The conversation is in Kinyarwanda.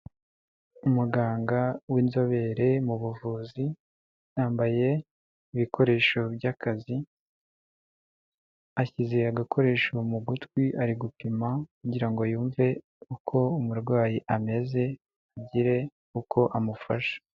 Umuganga w'inzobere mu buvuzi yambaye ibikoresho by'akazi, ashyize agakoresho mu gutwi ari gupima kugira ngo yumve uko umurwayi ameze agire uko amufasha.